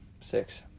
six